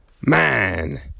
Man